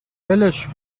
ولش